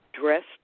dressed